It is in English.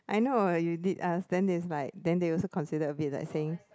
I know you did ask then it's like then they also consider a bit like saying